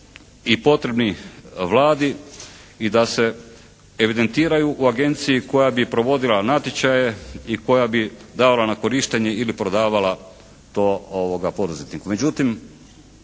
i potrebni Vladi i da se evidentiraju u agenciji koja bi provodila natječaje i koja bi davala na korištenje ili prodavala to poduzetniku.